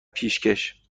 پیشکش